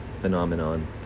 phenomenon